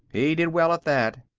he did well at that.